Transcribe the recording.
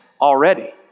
already